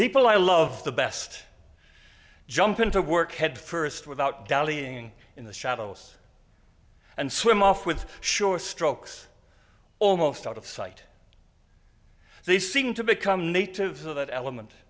people i love the best jump into work headfirst without dallying in the shadows and swim off with short strokes almost out of sight they seem to become natives of that element